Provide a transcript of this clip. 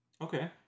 okay